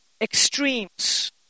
extremes